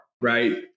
right